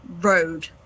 Road